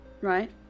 right